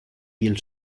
piel